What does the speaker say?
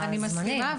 אני מסכימה,